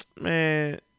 man